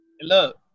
Look